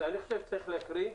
אני חושב שצריך להקריא.